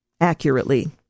Accurately